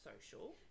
social